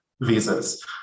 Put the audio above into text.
visas